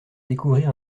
découvrir